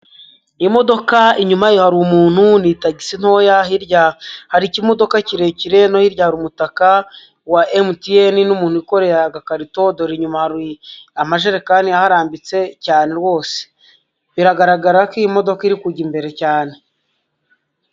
Imodoka inyuma yayo hari umuntu, ni itagisi ntoya, hirya hari ikimodoka kirekire no hirya hari umutaka wa Emutiyene n'umuntu wikoreye agakarito, dore inyuma hari amajerekani aharambitse cyane rwose. Biragaragara ko iyi modoka iri kujya imbere cyane.